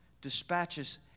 dispatches